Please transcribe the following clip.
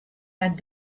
had